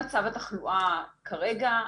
במצגת מצב התחלואה כרגע.